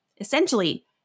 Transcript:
essentially